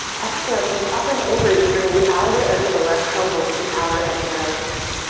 exhale, think up and over as you bring the outer edge of the left elbow to the outer edge of the right knee.